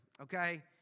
okay